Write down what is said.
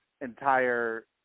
entire